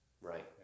Right